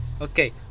Okay